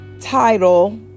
title